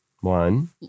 One